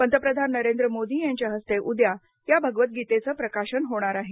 पंतप्रधान नरेंद्र मोदी यांच्या हस्ते उद्या ह्या भगवद्गीतेचं प्रकाशन होणार आहे